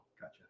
gotcha